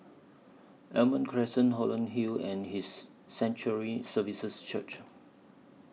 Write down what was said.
Almond Crescent Holland Hill and His Sanctuary Services Church